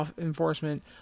Enforcement